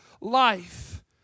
life